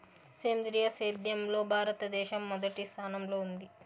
సేంద్రీయ సేద్యంలో భారతదేశం మొదటి స్థానంలో ఉంది